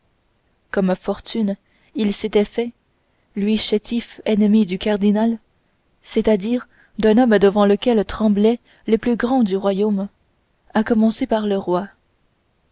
comme fortunes il s'était fait lui chétif ennemi du cardinal c'est-à-dire d'un homme devant lequel tremblaient les plus grands du royaume à commencer par le roi